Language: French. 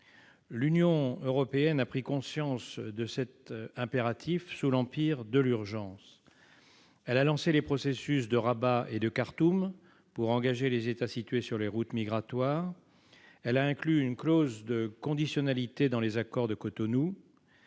L'Union européenne a pris conscience d'un tel impératif, sous l'empire de l'urgence. Elle a lancé les processus de Rabat et de Khartoum pour engager les États situés sur les routes migratoires. Elle a inclus une clause de conditionnalité dans les accords de Cotonou.